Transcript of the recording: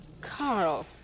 Carl